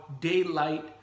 daylight